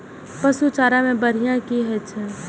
पशु चारा मैं बढ़िया की होय छै?